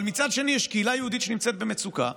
אבל מצד שני יש קהילה יהודית שנמצאת במצוקה,